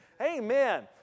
Amen